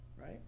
Right